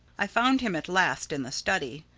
i found him at last in the study.